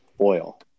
oil